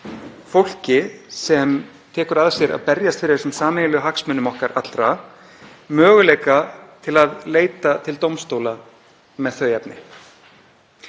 fólki sem tekur að sér að berjast fyrir þessum sameiginlegu hagsmunum okkar allra möguleika til að leita til dómstóla með þau efni.